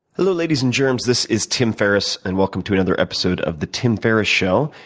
hello, ladies and germs. this is tim ferriss. and welcome to another episode of the tim ferriss show.